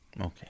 Okay